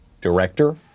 Director